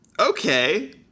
Okay